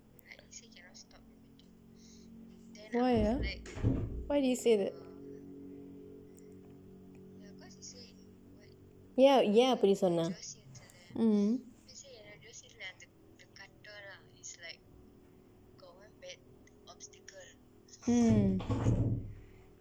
why ah why did he say that ya ya ஏன் அப்படி சொன்னார்:een appadi sonnaar